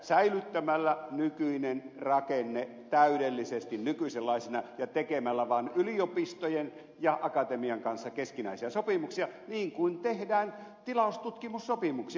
säilyttämällä nykyinen rakenne täydellisesti nykyisenlaisena ja tekemällä vaan yliopistojen ja akatemian kanssa keskinäisiä sopimuksia niin kuin tehdään tilaustutkimussopimuksia